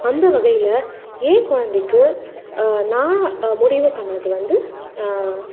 அந்த வகையில் என் குழந்தைக்கு நான் முடிவு பண்ணிணது வந்து